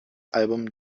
album